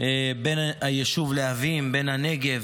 בן הישוב להבים, בן הנגב,